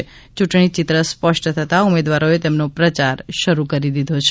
યૂંટણી ચિત્ર સ્પષ્ટ થતાં ઉમેદવારોએ તેમનો પ્રચાર શરૃ કરી દીધો છે